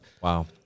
wow